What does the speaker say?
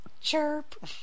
Chirp